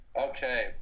okay